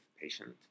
patient